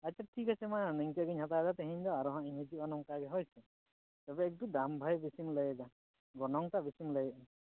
ᱟᱪᱪᱷᱟ ᱴᱷᱤᱠᱟᱪᱷᱮ ᱢᱟ ᱱᱤᱝᱠᱟᱹ ᱜᱮᱧ ᱦᱟᱛᱟᱣ ᱮᱫᱟ ᱛᱮᱦᱮᱧ ᱫᱚ ᱟᱨᱚ ᱦᱟᱸᱜ ᱤᱧ ᱦᱤᱡᱩᱜᱼᱟ ᱱᱚᱝᱠᱟ ᱜᱮ ᱦᱳᱭ ᱛᱚᱵᱮ ᱮᱠᱴᱩ ᱫᱟᱢ ᱵᱷᱟᱹᱭ ᱵᱤᱥᱤᱢ ᱞᱟᱹᱭᱮᱫᱟ ᱜᱚᱱᱚᱝ ᱴᱟᱜ ᱵᱤᱥᱤᱢ ᱞᱟᱹᱭᱮᱫᱟ